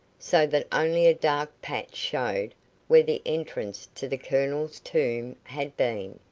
so that only a dark patch showed where the entrance to the colonel's tomb had been.